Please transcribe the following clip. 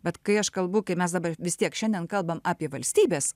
vat kai aš kalbu kaip mes dabar vis tiek šiandien kalbam apie valstybės